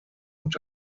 und